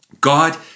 God